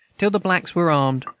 till the blacks were armed,